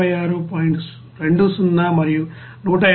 20 మరియు 184